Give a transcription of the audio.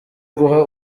guha